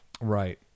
Right